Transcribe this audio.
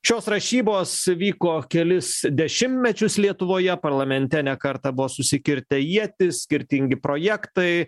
šios rašybos vyko kelis dešimtmečius lietuvoje parlamente ne kartą buvo susikirtę ietis skirtingi projektai